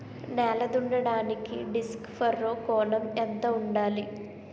నేల దున్నడానికి disc furrow కోణం ఎంత ఉండాలి?